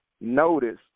notice